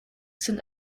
sind